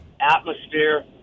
atmosphere